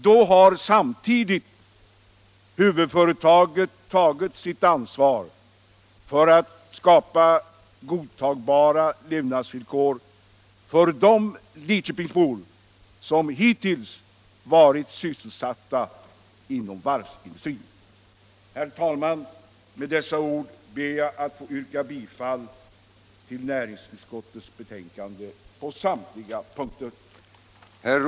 Då har samtidigt huvudföretaget tagit sitt ansvar för att skapa godtagbara levnadsvillkor för de lidköpingsbor som hittills varit sysselsatta inom varvsindustrin. Herr talman! Med dessa ord ber jag att få yrka bifall till näringsutskottets betänkande på samtliga punkter.